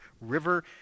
River